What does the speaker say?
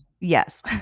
Yes